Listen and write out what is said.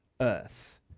earth